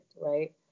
right